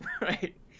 Right